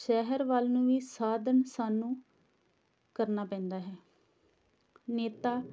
ਸ਼ਹਿਰ ਵੱਲ ਨੂੰ ਵੀ ਸਾਧਨ ਸਾਨੂੰ ਕਰਨਾ ਪੈਂਦਾ ਹੈ ਨੇਤਾ